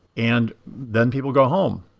and then people go home.